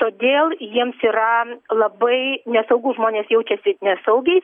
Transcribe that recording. todėl jiems yra labai nesaugu žmonės jaučiasi nesaugiai